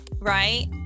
right